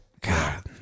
God